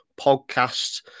podcast